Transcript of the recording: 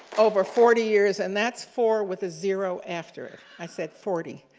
over forty years, and that's four with a zero after it, i said forty